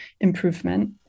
improvement